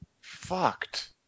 fucked